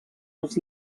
els